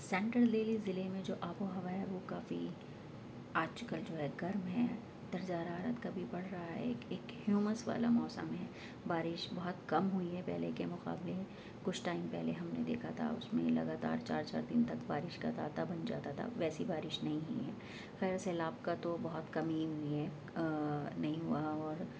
central Delhi ضلعے میں جو آب و ہوا ہے وہ کافی آج کل جو ہے گرم ہے درجہ حرارت کبھی بڑھ رہا ہے ایک ایک ہیومس والا موسم ہے بارش بہت کم ہوئی ہے پہلے کے مقابلے کچھ ٹائم پہلے ہم نے دیکھا تھا اس میں لگاتار چار چار دن تک بارش کا تاتا بن جاتا تھا ویسی بارش نہیں ہے خیر سیلاب کا تو بہت کم ہی ہوئی ہے نہیں ہوا ہوا